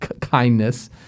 kindness